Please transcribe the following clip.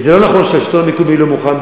זה לא נכון שהשלטון המקומי לא מוכן,